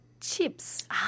chips